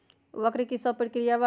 वक्र कि शव प्रकिया वा?